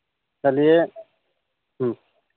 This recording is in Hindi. चलिए